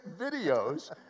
videos